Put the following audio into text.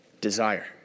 desire